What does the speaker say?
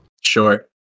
Sure